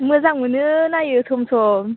मोजां मोनो नायो सम सम